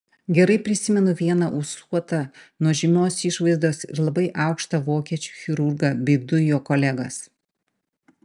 gerai prisimenu vieną ūsuotą nuožmios išvaizdos ir labai aukštą vokiečių chirurgą bei du jo kolegas